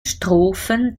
strophen